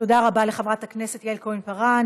תודה רבה לחברת הכנסת יעל כהן-פארן.